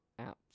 apps